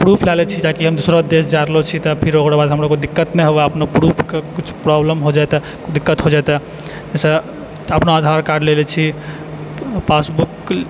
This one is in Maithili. प्रूफ लऽ लै छी ताकि हम दोसरो देश जाइ रहलऽ छिए तऽ फेर ओकरो बाद हमरो आओरके दिक्कत नहि हुअए अपनो प्रूफके कुछ प्रॉब्लम हो जाइ तऽ दिक्कत हो जाइ तऽ जाहिसँ अपना आधार कार्ड लेले छी पासबुक